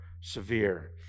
severe